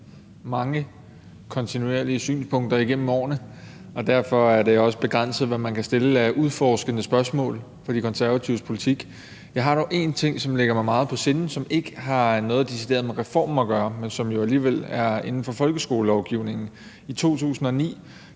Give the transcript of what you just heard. for mange synspunkter igennem årene. Derfor er det også begrænset, hvad man kan stille af udforskende spørgsmål om De Konservatives politik. Der er dog en ting, som ligger mig meget på sinde, og som ikke decideret har noget med reformen at gøre, men som jo alligevel ligger inden for folkeskolelovgivningen. I 2009